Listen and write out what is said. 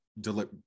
deliver